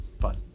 fun